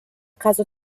caso